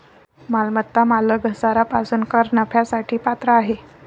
मालमत्ता मालक घसारा पासून कर नफ्यासाठी पात्र आहे